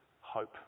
hope